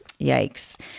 yikes